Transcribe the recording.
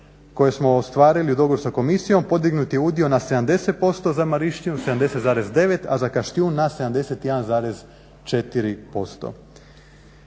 koje smo ostvarili u dogovoru sa Komisijom podignut je udio na 70% z Mariščinu 70,9, a za Kaštijun na 71,4%.